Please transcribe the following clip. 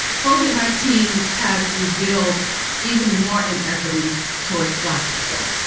covid nineteen has revealed even more inequities towards black people,